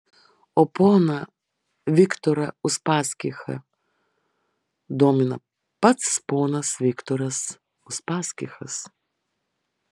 o poną viktorą uspaskichą domina pats ponas viktoras uspaskichas